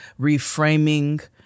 reframing